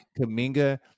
Kaminga